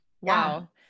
wow